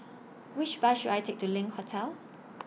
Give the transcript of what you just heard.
Which Bus should I Take to LINK Hotel